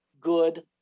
good